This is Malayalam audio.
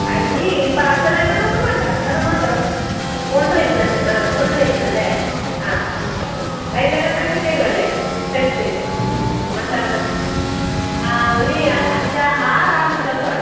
അതിന് പാർസൽ ആയതുകൊണ്ട് ഒന്നും വേണ്ട അത് മാത്രം കൊണ്ട് വരും അന്ന് ആ കൊണ്ട് വരുന്നതല്ലേ ആ ആ വൈകുന്നേരം ഒന്നാക്കി തരുകയല്ലേ ഫ്രഷ് മസാലദോശ ആ ഒരു അഞ്ച് ആറാൾക്കുള്ളത് വേണം